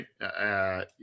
right